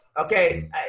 okay